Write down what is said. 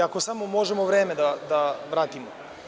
Ako samo možemo vreme da vratimo.